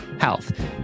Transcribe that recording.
health